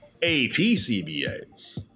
APCBAs